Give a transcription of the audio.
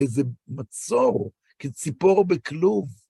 וזה מצור, כציפור בכלוב.